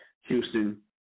Houston